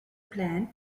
plan